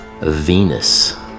Venus